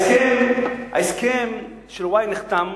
הסכם-וואי נחתם.